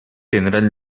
tindran